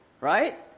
right